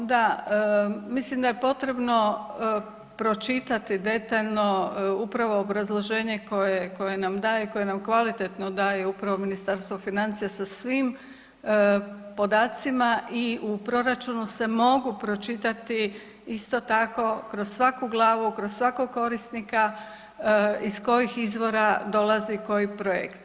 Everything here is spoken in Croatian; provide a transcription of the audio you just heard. Pa da, mislim da je potrebno pročitati detaljno upravo obrazloženje koje nam daje i koje nam kvalitetno daje upravo Ministarstvo financija sa svim podacima i u proračunu se mogu pročitati isto tako, kroz svaku glavu, kroz svakog korisnika iz kojih izvora dolazi koji projekt.